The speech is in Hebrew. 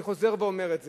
אני חוזר ואומר את זה.